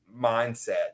mindset